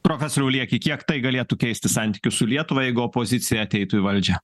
profesoriau lieki kiek tai galėtų keisti santykius su lietuva jeigu opozicija ateitų į valdžią